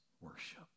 worship